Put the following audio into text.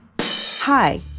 Hi